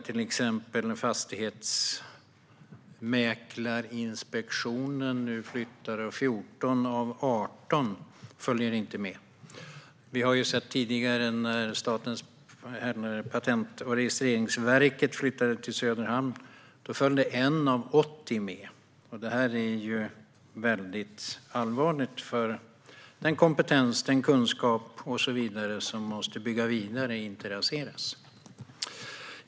Till exempel flyttar nu Fastighetsmäklarinspektionen, och 14 av 18 följer inte med. Vi har sett tidigare hur det var när Patent och registreringsverket flyttade till Söderhamn. Då följde 1 av 80 med. Detta är väldigt allvarligt i fråga om den kompetens, kunskap och så vidare som man måste bygga vidare på och inte rasera.